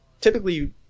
typically